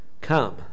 Come